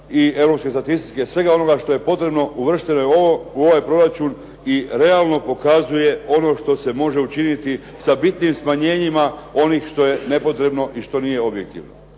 i europske statistike, svega onoga što je potrebno uvršteno je u ovaj proračun i realno pokazuje ono što se može učiniti sa bitnim smanjenjima onih što je nepotrebno i što nije objektivno.